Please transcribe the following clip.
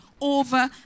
over